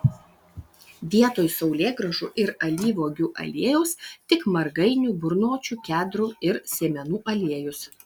vietoj saulėgrąžų ir alyvuogių aliejaus tik margainių burnočių kedrų ir sėmenų aliejus